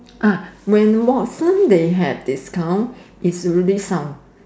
ah when Watson they have discount it's really sound